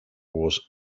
was